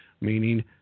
meaning